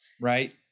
right